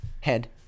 head